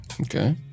okay